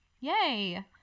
yay